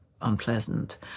unpleasant